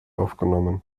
aufgenommen